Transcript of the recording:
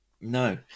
no